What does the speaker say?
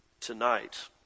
tonight